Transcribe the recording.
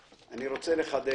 תודה.